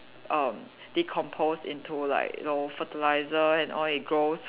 erm decompose into like know fertiliser and all it grows